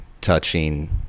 touching